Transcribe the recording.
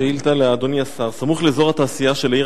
שאילתא לאדוני השר: סמוך לאזור התעשייה של העיר